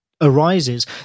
arises